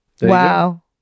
wow